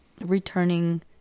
returning